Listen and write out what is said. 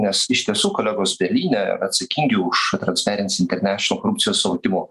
nes iš tiesų kolegos berlyne atsakingi už transparency international korupcijos suvokimo